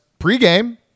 pregame